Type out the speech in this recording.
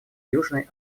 южной